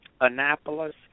Annapolis